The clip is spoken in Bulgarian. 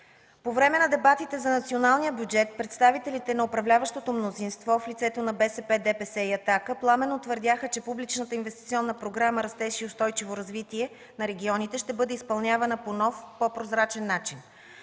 По време на дебатите за националния бюджет представителите на управляващото мнозинство в лицето на БСП, ДПС и „Атака” пламенно твърдяха, че публичната инвестиционна програма „Растеж и устойчиво развитие на регионите” ще бъде изпълнявана по нов, по-прозрачен начин.